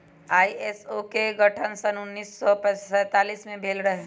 ISO के गठन सन उन्नीस सौ सैंतालीस में भेल रहै